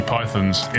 Python's